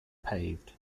paved